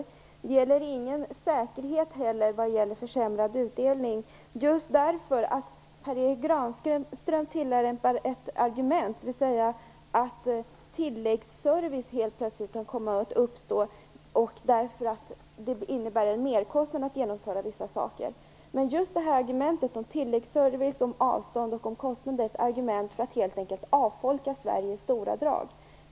Det finns heller ingen säkerhet när det gäller försämrad utdelning just därför att Per Erik Granström tillämpar argumentet att tilläggsservice helt plötsligt kan komma att uppstå därför att det innebär en merkostnad att genomföra vissa saker. Just detta argument om tilläggservice, avstånd och kostnader är ett argument för att helt enkelt avfolka Sverige i stora drag.